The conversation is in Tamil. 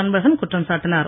அன்பழகன் குற்றம் சாட்டினார்